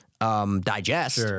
Digest